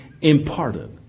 imparted